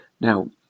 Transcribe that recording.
now